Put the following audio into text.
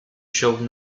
showed